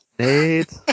Nate